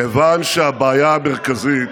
כיוון שהבעיה המרכזית,